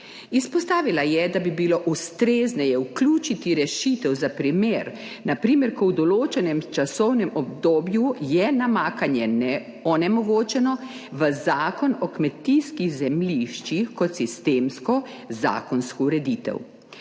Izpostavila je, da bi bilo ustrezneje vključiti rešitev za primer, na primer, ko je v določenem časovnem obdobju namakanje onemogočeno, v Zakon o kmetijskih zemljiščih kot sistemsko zakonsko ureditev.